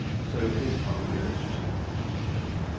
so here's a final video. let's just publish this back,